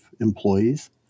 employees